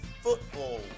football